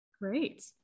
Great